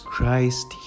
Christ